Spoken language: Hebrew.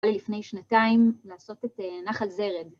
לפני שנתיים לעשות את נחל זרד.